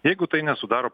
jeigu tai nesudaro